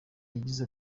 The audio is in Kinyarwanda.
yagize